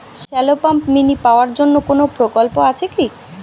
Shallow pump mini power জন্য কোনো প্রকল্প আছে কি?